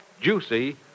juicy